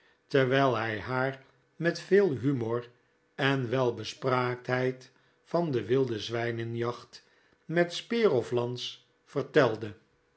terwijl hij haar met veel humor en welbespraaktheid van de wilde zwijnenjacht met speer of lans vertelde